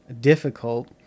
difficult